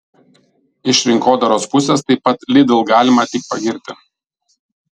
iš rinkodaros pusės taip pat lidl galima tik pagirti